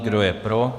Kdo je pro?